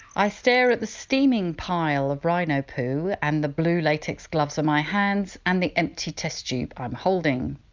i stare at the steaming pile of rhino poo and the blue latex gloves on my hands and the empty test tube i'm holding.